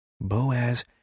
Boaz